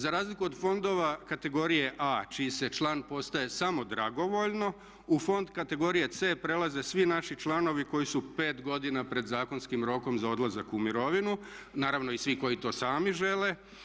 Za razliku od fondova kategorije A čiji se član postaje samo dragovoljna u fond kategorije C prelaze svi naši članovi koji su 5 godina pred zakonskim rokom za odlazak u mirovinu, naravno i svi koji to sami žele.